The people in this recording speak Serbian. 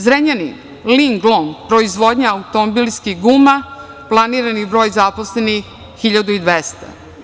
Zrenjanin, „Linglong“ proizvodnja automobilskih guma, planirani broj zaposlenih 1.200.